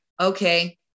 Okay